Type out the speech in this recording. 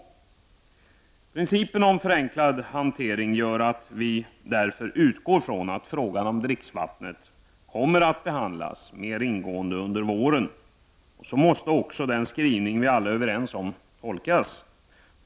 Principen om förenklad hantering gör att vi därför utgår från att frågan om dricksvattnet kommer att behandlas mer ingående under våren, och så måste också den skrivning som vi alla är överens om tolkas.